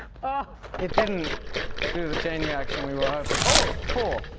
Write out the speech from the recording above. ah it didn't do the chain reaction we were hoping. oh! four!